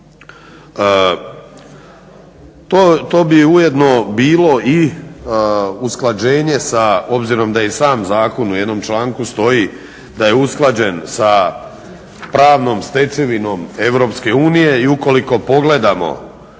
To bi ujedno bilo i usklađenje sa obzirom da je i sam zakon u jednom članku stoji da je usklađen sa pravnom stečevinom Europske unije i ukoliko pogledamo,